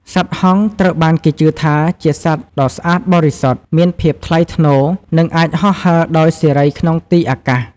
សត្វហង្សត្រូវបានគេជឿថាជាសត្វដ៏ស្អាតបរិសុទ្ធ មានភាពថ្លៃថ្នូរ និងអាចហោះហើរដោយសេរីក្នុងទីអាកាស។